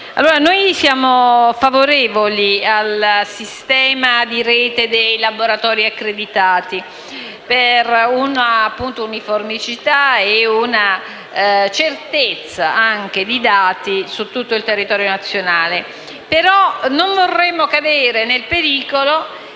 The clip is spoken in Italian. Siamo favorevoli al sistema a rete dei laboratori accreditati, per un'uniformità e una certezza di dati su tutto il territorio nazionale, ma non vorremmo cadere nel pericolo